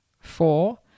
Four